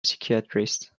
psychiatrist